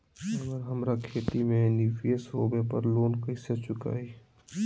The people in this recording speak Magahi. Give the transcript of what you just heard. अगर हमरा खेती में निवेस होवे पर लोन कैसे चुकाइबे?